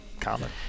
common